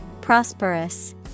Prosperous